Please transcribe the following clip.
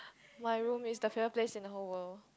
my room is the favourite place in the whole world